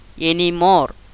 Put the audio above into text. anymore